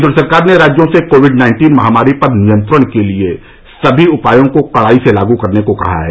केंद्र सरकार ने राज्यों से कोविड नाइन्टीन महामारी पर नियंत्रण के सभी उपायों को कड़ाई से लागू करने को कहा है